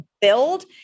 build